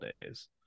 days